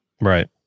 right